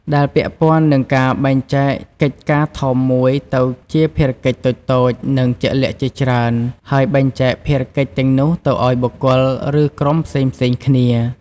ដែលពាក់ព័ន្ធនឹងការបែងចែកកិច្ចការធំមួយទៅជាភារកិច្ចតូចៗ និងជាក់លាក់ជាច្រើន ហើយបែងចែកភារកិច្ចទាំងនោះទៅឱ្យបុគ្គល ឬក្រុមផ្សេងៗគ្នា។